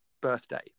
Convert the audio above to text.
birthday